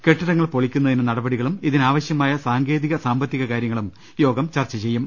കെട്ടിടങ്ങൾ പൊളിക്കുന്നതിന് നടപടി കളും ഇതിനാവശ്യമായ സാങ്കേതിക സാമ്പത്തിക കാര്യങ്ങളും യോഗം ചർച്ച ചെയ്യും